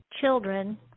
children